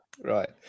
Right